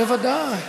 זה ודאי.